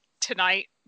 tonight